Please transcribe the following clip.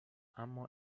اما